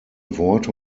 worte